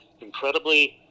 incredibly